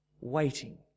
waiting